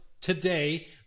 today